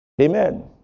Amen